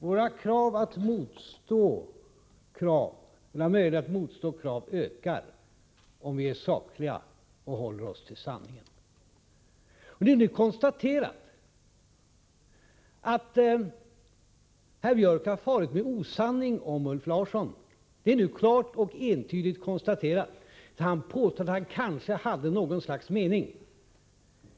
Herr talman! Våra möjligheter att stå emot krav ökar, om vi är sakliga och håller oss till sanningen. Det är nu konstaterat att herr Björck har farit med osanning om Ulf Larsson. Detta är klart och entydigt konstaterat. Herr Björck påstår att Ulf Larsson kanske hade något slags mening.